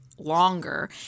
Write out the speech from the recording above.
Longer